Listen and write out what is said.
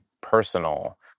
personal